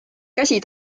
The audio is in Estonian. käsi